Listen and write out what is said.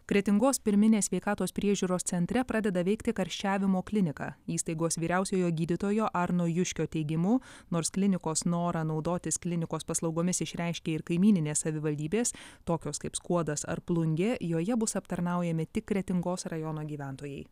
kretingos pirminės sveikatos priežiūros centre pradeda veikti karščiavimo klinika įstaigos vyriausiojo gydytojo arno juškio teigimu nors klinikos norą naudotis klinikos paslaugomis išreiškė ir kaimyninės savivaldybės tokios kaip skuodas ar plungė joje bus aptarnaujami tik kretingos rajono gyventojai